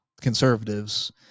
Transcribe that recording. conservatives